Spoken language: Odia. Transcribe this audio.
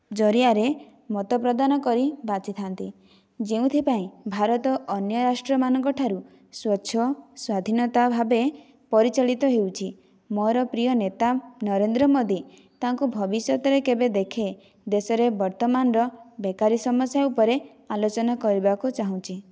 ଜରିଆରେ ମତପ୍ରଦାନ କରି ବାଛିଥାନ୍ତି ଯେଉଁଥିପାଇଁ ଭାରତ ଅନ୍ୟ ରାଷ୍ଟ୍ରମାନଙ୍କ ଠାରୁ ସ୍ଵଚ୍ଛ ସ୍ଵାଧିନତା ଭାବେ ପରିଚାଳିତ ହେଉଛି ମୋର ପ୍ରିୟ ନେତା ନରେନ୍ଦ୍ର ମୋଦୀ ତାଙ୍କୁ ଭବିଷ୍ୟତରେ କେବେ ଦେଖେ ଦେଶରେ ବର୍ତ୍ତମାନର ବେକାରୀ ସମସ୍ୟା ଉପରେ ଆଲୋଚନା କରିବାକୁ ଚାହୁଁଛି